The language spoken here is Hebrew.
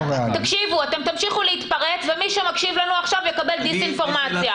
אתם תמשיכו להתפרץ ומי שמקשיב לנו עכשיו יקבל דיסאינפורמציה.